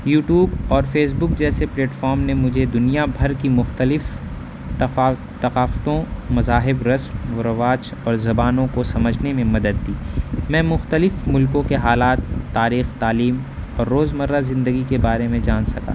YouTube اور Facebook جیسے platform نے مجھے دنیا بھر کی مختلف ثقافتوں مذاہب رسم و رواج اور زبانوں کو سمجھنے میں مدد دی میں مختلف ملکوں کے حالات تاریخ تعلیم اور روز مرہ زندگی کے بارے میں جان سکا